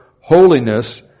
holiness